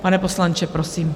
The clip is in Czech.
Pane poslanče, prosím.